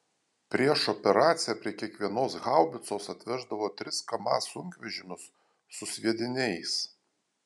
prieš operaciją prie kiekvienos haubicos atveždavo tris kamaz sunkvežimius su sviediniais